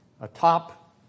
atop